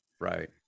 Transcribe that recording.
Right